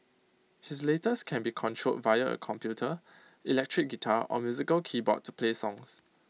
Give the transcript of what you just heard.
his latest can be controlled via A computer electric guitar or musical keyboard to play songs